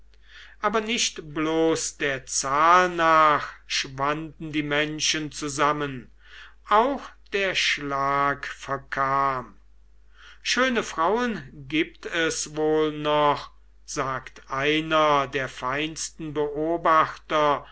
aber nicht bloß der zahl nach schwanden die menschen zusammen auch der schlag verkam schöne frauen gibt es wohl noch sagt einer der feinsten beobachter